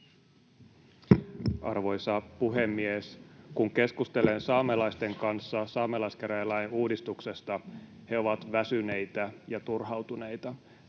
Arvoisa puhemies! Kun keskustelen saamelaisten kanssa saamelaiskäräjälain uudistuksesta, he ovat väsyneitä ja turhautuneita.